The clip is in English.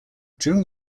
during